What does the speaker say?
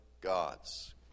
gods